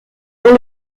dans